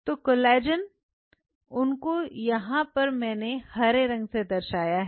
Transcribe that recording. तो कोलेजन उनको यहां पर मैंने हरे रंग से दर्शाया है